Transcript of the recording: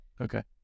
Okay